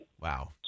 Wow